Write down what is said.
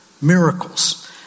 miracles